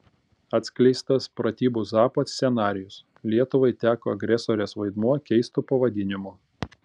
atskleistas pratybų zapad scenarijus lietuvai teko agresorės vaidmuo keistu pavadinimu